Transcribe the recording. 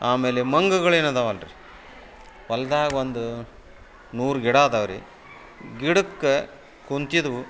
ಆಮೇಲೆ ಮಂಗಗಳು ಏನು ಅದಾವಲ್ಲ ರೀ ಹೊಲ್ದಾಗ ಒಂದು ನೂರು ಗಿಡ ಅದಾವೆ ರೀ ಗಿಡಕ್ಕೆ ಕುಂತಿದ್ದವು